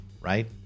right